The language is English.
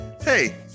Hey